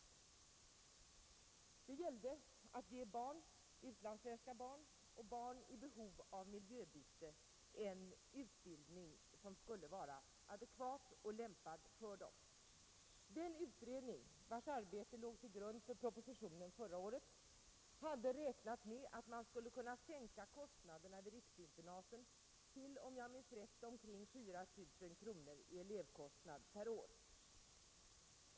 Det gällde att ge utlandssvenska barn och barn i behov av miljöbyte en utbildning som skulle vara adekvat och lämpad för dem. Den utredning, vars arbete låg till grund för propositionen förra året, hade räknat med att man skulle kunna sänka kostnaderna vid riksinternaten till, om jag minns rätt, 4 000 kronor i elevkostnad per år.